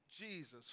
Jesus